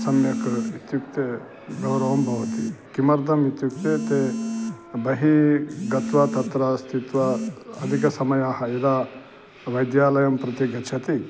सम्यक् इत्युक्ते गौरवं भवति किमर्थम् इत्युक्ते ते बहिः गत्वा तत्र स्थित्वा अधिकसमयः यदा वैद्यालयं प्रति गच्छन्ति